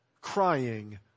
crying